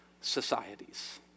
societies